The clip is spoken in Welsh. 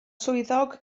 swyddog